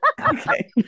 Okay